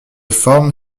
forme